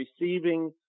receiving